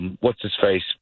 what's-his-face